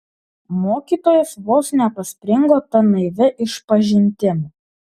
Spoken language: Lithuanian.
mokytojas vos nepaspringo ta naivia išpažintim